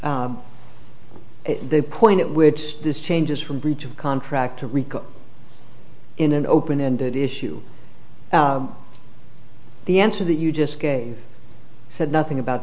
and the point at which this changes from breach of contract to rico in an open ended issue the answer that you just gave said nothing about